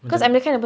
macam